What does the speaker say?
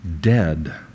dead